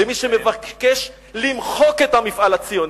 למי שמבקש למחוק את המפעל הציוני.